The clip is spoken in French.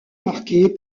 marquée